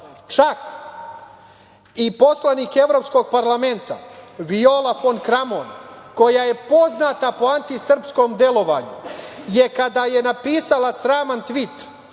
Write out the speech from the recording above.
i poslanik Evropskog parlamenta Viola fon Kramon koja je poznata po antisrpskom delovanju je kada je napisala sraman tvit